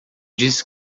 disse